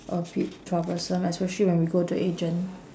a bit troublesome especially when we go to agent